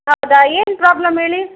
ಹೌದಾ ಏನು ಪ್ರಾಬ್ಲಮ್ ಹೇಳಿ